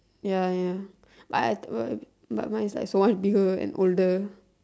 ya ya like I but mine is so much bigger and older